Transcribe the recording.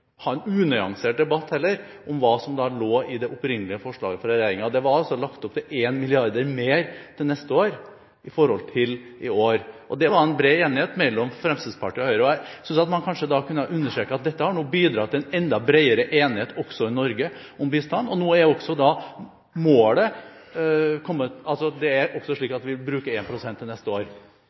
ha en unyansert debatt om hva som lå i det opprinnelige forslaget fra regjeringen. Det var altså lagt opp til 1 mrd. kr mer til neste år i forhold til i år. Det var det bred enighet om mellom Fremskrittspartiet og Høyre. Jeg synes man da kanskje kunne ha understreket at dette nå har bidratt til en enda bredere enighet i Norge om bistand. Og nå er det også slik at vi bruker 1 pst. til neste år.